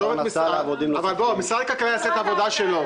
עזוב, משרד הכלכלה יעשה את העבודה שלו.